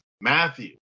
Matthew